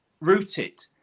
rooted